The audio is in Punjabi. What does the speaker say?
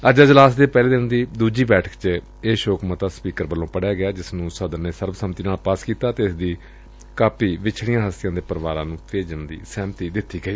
ਅੱਜ ਅਜਲਾਸ ਦੇ ਪਹਿਲੇ ਦਿਨ ਦੀ ਦੁਜੀ ਬੈਠਕ ਚ ਇਹ ਸ਼ੋਕ ਮਤਾ ਸਪੀਕਰ ਵੱਲੋਂ ਪੜਿਆ ਗਿਆ ਜਿਸ ਨੂੰ ਸਦਨ ਨੇ ਸਰਬ ਸੰਮਤੀ ਨਾਲ ਪਾਸ ਕੀਤਾ ਅਤੇ ਇਸ ਦੀ ਕਾਪੀ ਵਿਛੜੀਆਂ ਹਸਤੀਆਂ ਦੇ ਪਰਿਵਾਰਾਂ ਨੂੰ ਭੇਜਣ ਦੀ ਸਹਿਮਤੀ ਦਿੱਤੀ ਗਈ